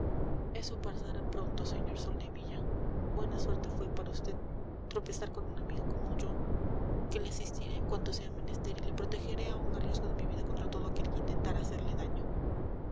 eso pasará pronto sr soldevilla buena suerte fue para vd tropezar con un amigo como yo que le asistiré en cuanto sea menester y le protegeré aun a riesgo de mi vida contra todo aquel que intentara hacerle daño